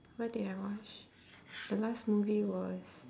what did I watch the last movie was